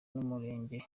n’umurenge